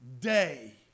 day